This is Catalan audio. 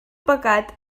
pecat